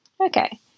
okay